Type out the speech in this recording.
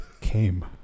Came